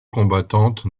combattante